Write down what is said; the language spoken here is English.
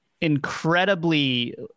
incredibly